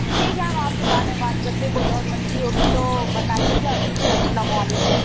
اچھا ٹھیک ہے ہم آپ سے بعد میں بات کرتے ہیں کوئی اور مچھلی ہوگی تو بتائیے گا ٹھیک ہے السلام علیکم